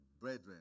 brethren